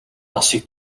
насыг